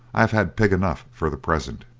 i have had pig enough for the present.